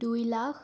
দুই লাখ